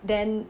then